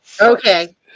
Okay